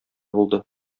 булды